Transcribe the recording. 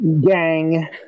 gang